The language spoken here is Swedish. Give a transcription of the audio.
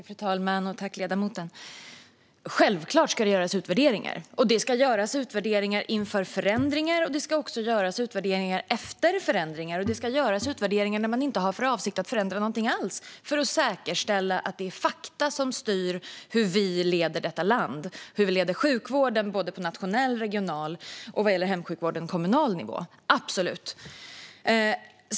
Fru talman! Tack, ledamoten, för frågan! Självklart ska det göras utvärderingar! Det ska göras utvärderingar inför förändringar, och det ska också göras utvärderingar efter förändringar och när man inte har för avsikt att förändra någonting alls. Det ska göras för att säkerställa att det är fakta som styr hur vi leder detta land och hur vi leder sjukvården på nationell, regional och, vad gäller hemsjukvården, kommunal nivå. Så är det absolut.